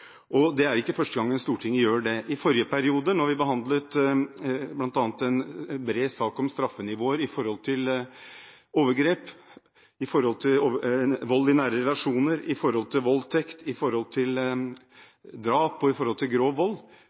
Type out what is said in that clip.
og det er ikke første gang Stortinget gjør det. I forrige periode, da Stortinget bl.a. behandlet en bred sak om straffenivåer for overgrep, vold i nære relasjoner, voldtekt, drap og grov vold, gikk også Stortinget detaljert inn i